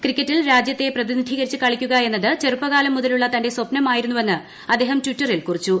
ക്രിക്കറ്റിൽ രാജ്യത്തെ പ്രതിനിധീകരിച്ച് കളിക്കുക എന്നത് ചെറുപ്പകാലം മുതലുള്ള തന്റെ സ്വപ്നമായിരുന്നുവെന്ന് അദ്ദേഹം ടിറ്ററിൽ കുറിച്ചു